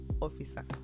officer